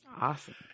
Awesome